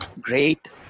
great